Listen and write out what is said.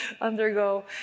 undergo